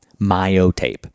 Myotape